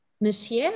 monsieur